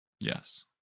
Yes